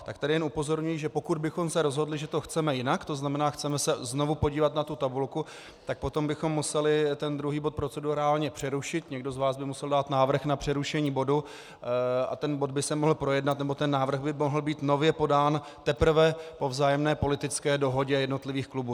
Tak tady jenom upozorňuji, že pokud bychom se rozhodli, že to chceme jinak, tzn. chceme se znovu podívat na tu tabulku, tak potom bychom museli ten druhý bod procedurálně přerušit, někdo z vás by musel dát návrh na přerušení bodu, a ten bod by se mohl projednat nebo ten návrh by mohl být nově podán teprve po vzájemné politické dohodě jednotlivých klubů.